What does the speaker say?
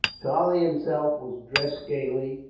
charlie himself was dressed gaily,